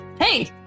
Hey